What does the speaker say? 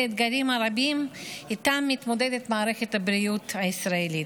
האתגרים הרבים שאיתם מתמודדת מערכת הבריאות הישראלית.